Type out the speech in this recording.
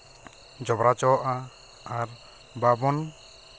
ᱡᱚᱵᱽᱨᱟ ᱦᱚᱪᱚᱣᱟᱜᱼᱟ ᱟᱨ ᱵᱟᱵᱚᱱ